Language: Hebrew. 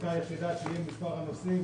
הבדיקה היחידה שתהיה תהיה מספר הנוסעים,